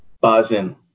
buzzing